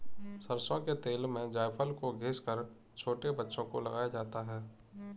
सरसों के तेल में जायफल को घिस कर छोटे बच्चों को लगाया जाता है